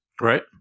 Right